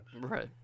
Right